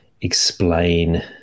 explain